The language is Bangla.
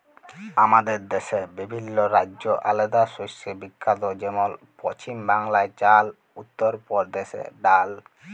আমাদের দ্যাশে বিভিল্ল্য রাজ্য আলেদা শস্যে বিখ্যাত যেমল পছিম বাংলায় চাল, উত্তর পরদেশে ডাল